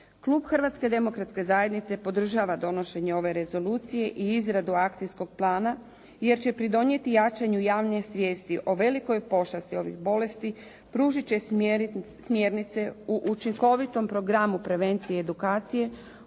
Klub Hrvatske demokratske zajednice podržava donošenje ove rezolucije i izradu akcijskog plana jer će pridonijeti jačanju javne svijesti o velikoj pošasti ovih bolesti, pružit će smjernice u učinkovitom programu prevencije i edukacije,